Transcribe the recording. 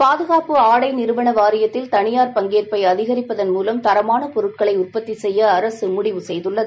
பாதுகாப்பு ஆடை நிறுவன வாரித்தில் தனியார் பங்கேற்பை அதிகரிப்பதன் மூலம் தரமான பொருட்களை உற்பத்தி செய்ய அரசு முடிவு செய்துள்ளது